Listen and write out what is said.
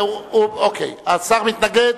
השר מתנגד,